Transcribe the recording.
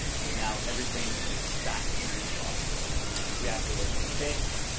so now everything is back in the swapped order. if we actually looked at the bits,